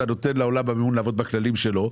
אתה נותן לעולם המימון לעבוד בכללים שלו,